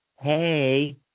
hey